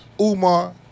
Umar